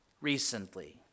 recently